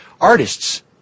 artists